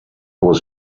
was